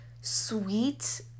sweet